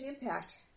Impact